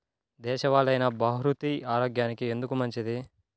దేశవాలి అయినా బహ్రూతి ఆరోగ్యానికి ఎందుకు మంచిది?